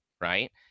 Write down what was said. Right